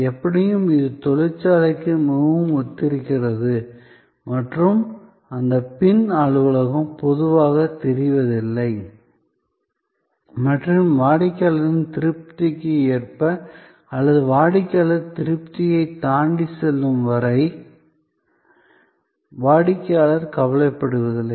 எப்படியும் இது தொழிற்சாலைக்கு மிகவும் ஒத்திருக்கிறது மற்றும் அந்த பின் அலுவலகம் பொதுவாகத் தெரியவில்லை மற்றும் வாடிக்கையாளர்களின் திருப்திக்கு ஏற்ப அல்லது வாடிக்கையாளர் திருப்தியைத் தாண்டி செல்லும் வரை வாடிக்கையாளர் கவலைப்படுவதில்லை